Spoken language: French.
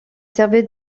servait